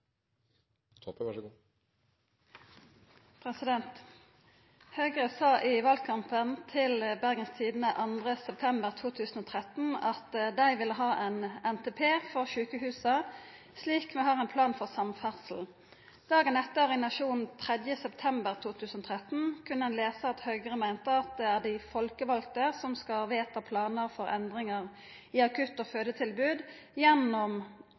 sa i valkampen til Bergens Tidende 2. september 2013 at dei ville ha ein NTP for sjukehusa, slik vi har ein plan for samferdsel. Dagen etter, i Nationen 3. september 2013, kunne ein lesa at Høgre meinte: «Det er de folkevalgte som skal vedta planer for endringer i akutt- og fødetilbud, gjennom